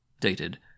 dated